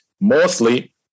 mostly